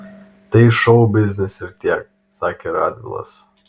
tai šou biznis ir tiek sakė radvilas